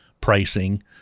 pricing